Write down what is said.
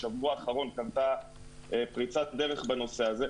ההנפקה פתוחה לכל הציבור.